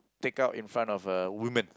take out in front of a woman